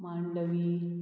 Mandovi